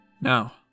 Now